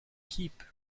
keep